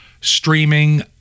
streaming